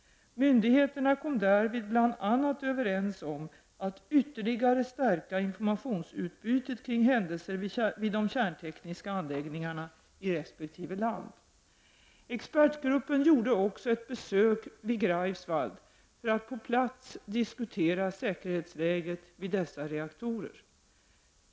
Myndigheterna kom därvid bl.a. överens om att ytterligare stärka informationsutbytet kring händelser vid de kärntekniska anläggningarna i resp. land. Expertgruppen gjorde också ett besök vid Greifswald för att på plats diskutera säkerhetsläget vid dessa reaktorer.